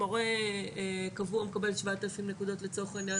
מורה קבוע מקבל 7,000 נקודות לצורך העניין